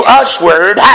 usward